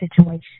situation